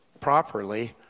properly